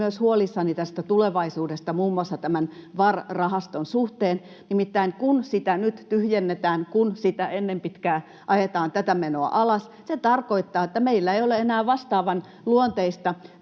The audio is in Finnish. olen huolissani myös tulevaisuudesta, muun muassa tämän VAR-rahaston suhteen. Nimittäin, kun sitä nyt tyhjennetään, kun sitä ennen pitkää ajetaan tätä menoa alas, se tarkoittaa, että meillä ei ole enää vastaavan luonteista